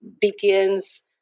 begins